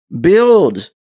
Build